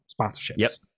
sponsorships